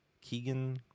Keegan